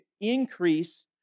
increase